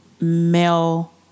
male